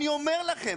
אני אומר לכם,